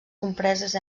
compreses